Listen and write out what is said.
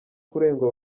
kurengwa